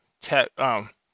tech